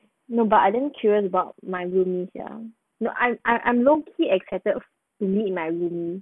no but I didn't curious about my roomie sia no I I'm no key excited to meet my roomie